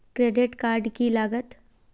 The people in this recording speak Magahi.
क्रेडिट कार्ड की लागत?